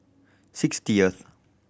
sixtieth